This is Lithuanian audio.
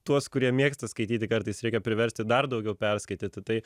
tuos kurie mėgsta skaityti kartais reikia priversti dar daugiau perskaityti tai